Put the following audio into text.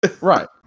Right